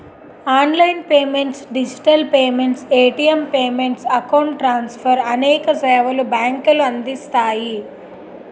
online payments digital payments, ATM payments, account transfer అనేక సేవలు బ్యాంకులు అందిస్తాయి